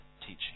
teaching